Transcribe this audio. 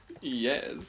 Yes